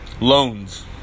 loans